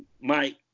Mike